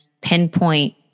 pinpoint